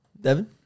Devin